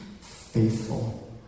faithful